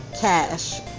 cash